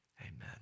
amen